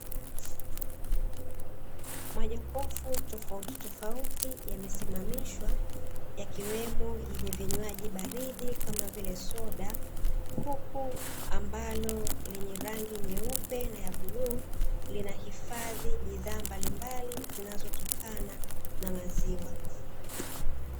Majokofu tofautitofauti yamesimamishwa yakiwemo yenye vinywaji vya baridi kama vile; soda huku ambalo lenye rangi ya bluu a nyeupe linahifadhi bidhaa mbalimbali zinazotokana na maziwa.